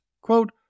Quote